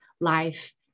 life